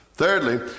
Thirdly